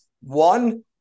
One